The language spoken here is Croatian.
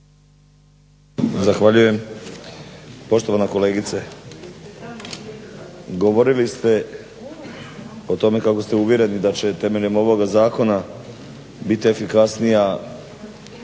Zahvaljujem. Poštovana kolegice govorili ste o tome kako ste uvjereni da će temeljem ovog zakona biti efikasnija